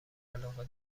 علاقه